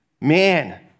man